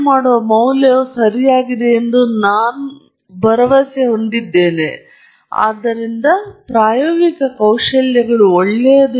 ಆರ್ದ್ರತೆ ಮೌಲ್ಯವು ಆರ್ದ್ರತೆಯ ಮೌಲ್ಯದ ವ್ಯವಸ್ಥೆಯನ್ನು ಆಧರಿಸಿರುತ್ತದೆ ಇದು ಆರ್ದ್ರಗೊಳಿಸುವಿಕೆಯ ವಿನ್ಯಾಸ ಆರ್ದ್ರಕ ಮತ್ತು ನಿಜವಾದ ಪ್ರಯೋಗದ ನಡುವಿನ ಮಾರ್ಗದ ವಿನ್ಯಾಸದ ವಿನ್ಯಾಸ ತೇವಾಂಶ ಮೌಲ್ಯವು ತಪ್ಪಾಗಿರಬಹುದು